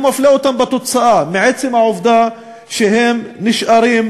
הוא מפלה אותם בתוצאה מעצם העובדה שהם נשארים